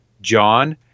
John